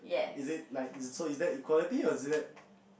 is it like so is that equality or is that